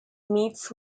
meets